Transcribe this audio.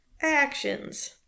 Actions